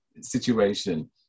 situation